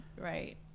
right